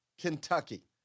Kentucky